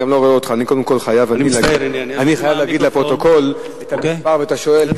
אני חייב להגיד לפרוטוקול את השאלה ואת השואל,